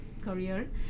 career